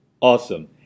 Awesome